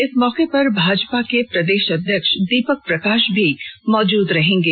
इस मौके पर भाजपा के प्रदेश अध्यक्ष दीपक प्रकाश भी मौजूद रहेंगे